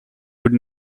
would